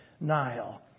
Nile